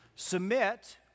Submit